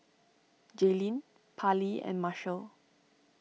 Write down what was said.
Jaylene Parlee and Marshall